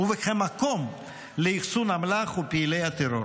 וכמקום לאחסון אמל"ח ופעילי טרור.